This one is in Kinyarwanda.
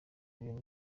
ibintu